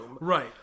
Right